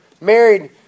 married